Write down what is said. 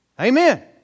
Amen